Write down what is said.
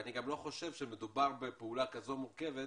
אני גם לא חושב שמדובר בפעולה כזו מורכבת,